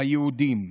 היהודים,